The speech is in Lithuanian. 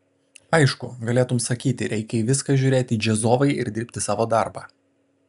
aišku galėtum sakyti reikia į viską žiūrėti džiazovai ir dirbti savo darbą